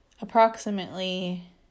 approximately